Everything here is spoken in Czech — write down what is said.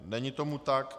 Není tomu tak.